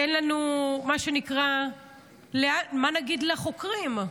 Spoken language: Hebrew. תן לנו, מה שנקרא, מה לומר לחוקרים,